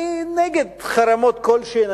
אני נגד חרמות כלשהם.